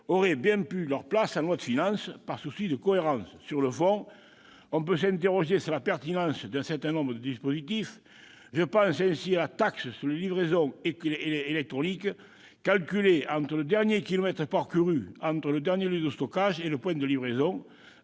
auraient bien plus leur place en loi de finances, par souci de cohérence. Sur le fond, on peut s'interroger sur la pertinence d'un certain nombre de dispositifs. Je pense ainsi à la taxe sur les livraisons électroniques, calculée en kilomètres parcourus entre le dernier lieu de stockage et le point de livraison.